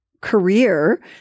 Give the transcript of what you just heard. career